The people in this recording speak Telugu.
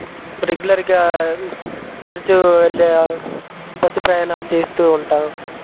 రెగ్యులర్గా తరచు వెళ్ళే బస్సు ప్రయాణాలు చేస్తు ఉంటాం